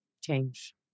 change